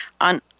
on